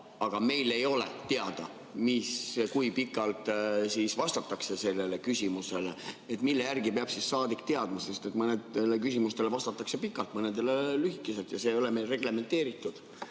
Aga meil ei ole teada, kui pikalt vastatakse sellele küsimusele. Mille järgi peab siis saadik teadma? Sest mõnele küsimusele vastatakse pikalt, mõnele lühikeselt, see ei ole meil reglementeeritud.